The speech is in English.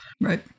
right